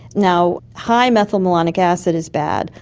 now, high methylmalonic acid is bad,